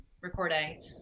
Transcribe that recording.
recording